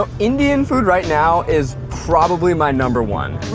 ah indian food right now is probably my number one.